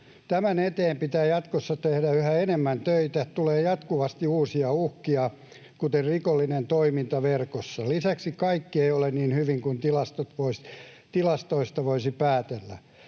Tämän eteen pitää jatkossa tehdä yhä enemmän töitä. Tulee jatkuvasti uusia uhkia, kuten rikollinen toiminta verkossa. Lisäksi kaikki ei ole niin hyvin kuin tilastoista voisi päätellä.